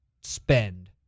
spend